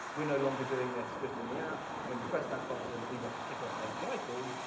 we're no longer doing this just in the app, when you press that button, we want to kick off an api call,